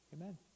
Amen